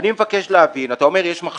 אתה אומר שיש מחלוקת,